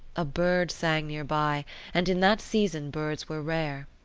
a bird sang near by and in that season, birds were rare.